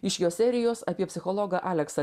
iš jo serijos apie psichologą aleksą